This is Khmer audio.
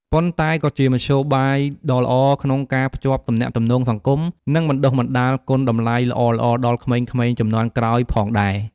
ប៉ុន្តែក៏ជាមធ្យោបាយដ៏ល្អក្នុងការភ្ជាប់ទំនាក់ទំនងសង្គម និងបណ្ដុះបណ្ដាលគុណតម្លៃល្អៗដល់ក្មេងៗជំនាន់ក្រោយផងដែរ។